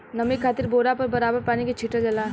नमी खातिर बोरा पर बराबर पानी के छीटल जाला